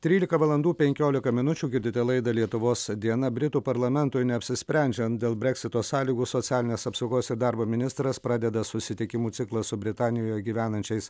trylika valandų penkiolika minučių girdite laidą lietuvos diena britų parlamentui neapsisprendžiant dėl breksito sąlygų socialinės apsaugos ir darbo ministras pradeda susitikimų ciklą su britanijoje gyvenančiais